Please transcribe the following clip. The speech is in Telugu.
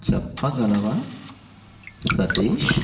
చెప్పగలవా సతీష్